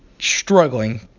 struggling